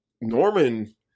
Norman